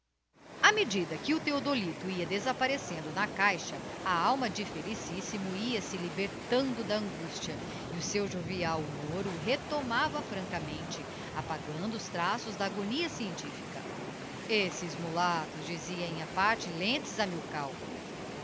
a medida que o theodolito ia desapparecendo na caixa a alma de felicissinio ia-se libertando da angustia e o seu jovial humor o retomava francamente apagando os traços da agonia scientifica estes mulatos dizia em aparte lentz a milkau